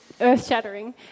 earth-shattering